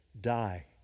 die